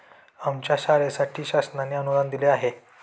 आमच्या शाळेसाठी शासनाने अनुदान दिले आहे